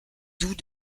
doux